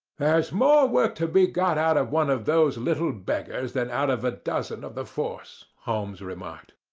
there's more work to be got out of one of those little beggars than out of a dozen of the force, holmes remarked.